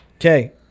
Okay